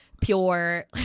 pure